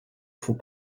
font